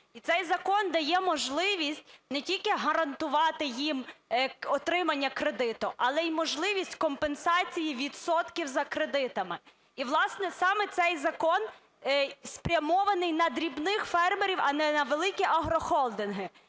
І цей закон дає можливість не тільки гарантувати їм отримання кредиту, але й можливість компенсації відсотків за кредитами. І, власне, саме цей закон спрямований на дрібних фермерів, а не на великі агрохолдинги.